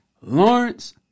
Lawrence